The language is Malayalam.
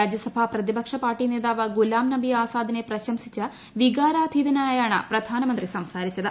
രാജ്യസഭ പ്രതിപക്ഷ പാർട്ടി നേതാവ് ഗൂലാം നബി ആസാദിനെ പ്രശംസിച്ച് വികാരാധീനനായാണ് പ്രധാനമന്ത്രി സംസാരിച്ചത്